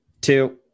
two